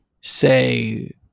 Say